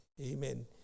amen